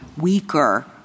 weaker